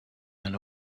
and